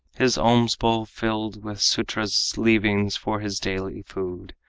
his alms-bowl filled with sudras' leavings for his daily food.